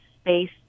space